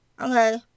okay